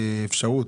אפשרות,